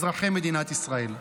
אזרחי מדינת ישראל.